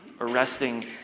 arresting